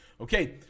Okay